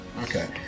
Okay